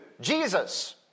Jesus